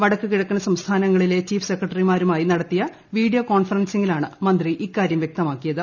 വടക്ക് കിഴക്കൻ സംസ്ഥാനങ്ങളിലെ ചീഫ്ട് സെക്രട്ടറിമാരുമായി നടത്തിയ വീഡിയോ കോൺഫറൻസിലാണ് മന്ത്രി ഇക്കാര്യം വ്യക്തമാക്കിയത്